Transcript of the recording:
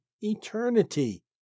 eternity